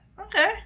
okay